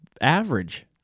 average